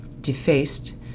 defaced